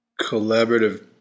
collaborative